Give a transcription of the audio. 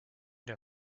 der